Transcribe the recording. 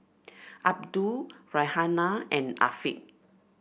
Abdul Raihana and Afiq